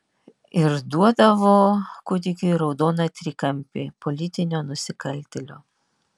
ir duodavo kūdikiui raudoną trikampį politinio nusikaltėlio